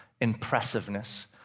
impressiveness